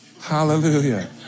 Hallelujah